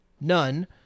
none